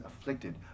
afflicted